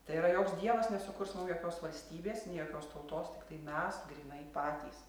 tai yra joks dievas nesukurs mum jokios valstybės nė jokios tautos tiktai mes grynai patys